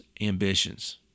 ambitions